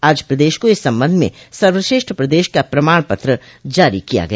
आज प्रदेश को इस संबंध में सर्वश्रेष्ठ प्रदेश का प्रमाण पत्र जारी किया गया